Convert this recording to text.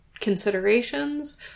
Considerations